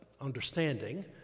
understanding